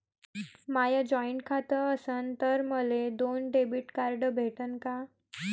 माय joint खातं असन तर मले दोन डेबिट कार्ड भेटन का?